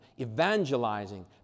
evangelizing